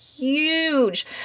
huge